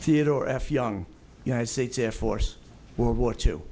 theodore f young united states air force world war two